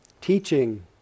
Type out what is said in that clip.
teaching